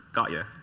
got you.